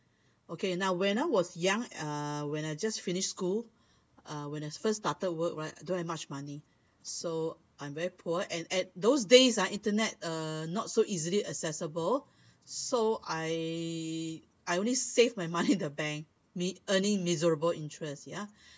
okay now when I was young uh when I just finished school uh when I first started work right I don't have much money so I'm very poor and at those days ah internet uh not so easily accessible so I I only saved my money in the bank with earning miserable interest ya